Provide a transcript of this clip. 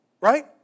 right